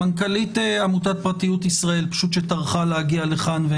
מנכ"לית עמותת פרטיות ישראל, שטרחה להגיע לכאן.